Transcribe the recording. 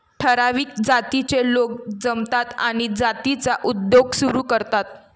ठराविक जातीचे लोक जमतात आणि जातीचा उद्योग सुरू करतात